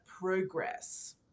progress